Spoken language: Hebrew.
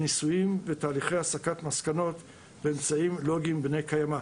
ניסויים ותהליכי הסקת מסקנות באמצעים לוגיים בני קיימה.